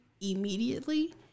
immediately